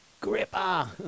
Gripper